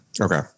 Okay